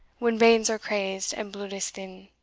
when banes are crazed and blude is thin,